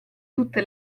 tutte